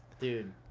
Dude